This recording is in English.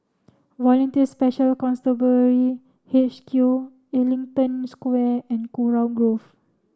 Volunteer Special Constabulary H Q Ellington Square and Kurau Grove